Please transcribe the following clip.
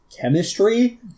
chemistry